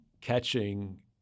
catching